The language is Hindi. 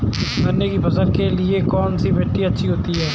गन्ने की फसल के लिए कौनसी मिट्टी अच्छी होती है?